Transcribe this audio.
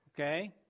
okay